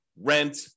rent